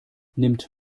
nimmt